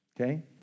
okay